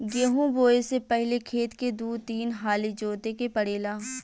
गेंहू बोऐ से पहिले खेत के दू तीन हाली जोते के पड़ेला